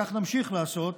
וכך נמשיך לעשות